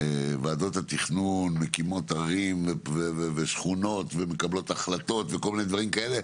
ועדות התכנון מקימות ערים ושכונות ומקבלות החלטות וכל מיני דברים כאלה,